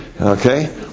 Okay